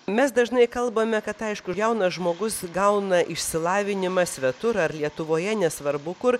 mes dažnai kalbame kad aišku jaunas žmogus gauna išsilavinimą svetur ar lietuvoje nesvarbu kur